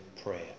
prayer